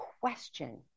question